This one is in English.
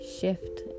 shift